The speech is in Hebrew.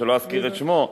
שלא אזכיר את שמו,